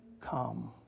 come